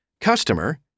customer